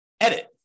edit